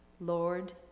Lord